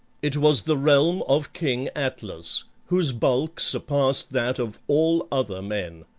it was the realm of king atlas, whose bulk surpassed that of all other men.